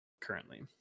currently